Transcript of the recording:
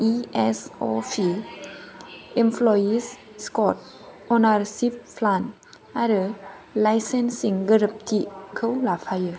इएसअपि employees स्कट ownership plan आरो licensing गोरोबथिखौ लाफायो